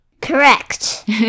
Correct